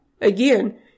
Again